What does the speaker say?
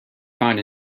find